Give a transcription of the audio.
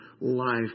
life